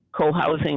co-housing